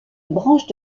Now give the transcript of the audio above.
branche